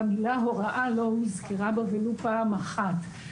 והמילה הוראה לא הוזכרה בה ולו פעם אחת.